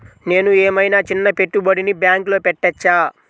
నేను ఏమయినా చిన్న పెట్టుబడిని బ్యాంక్లో పెట్టచ్చా?